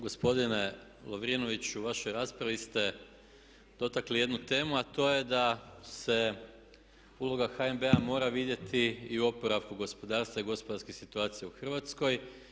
Gospodine Lovrinoviću u vašoj raspravi ste dotakli jednu temu, a to je da se uloga HNB-a mora vidjeti i u oporavku gospodarstva i gospodarske situacije u Hrvatskoj.